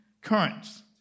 currents